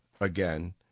again